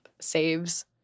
saves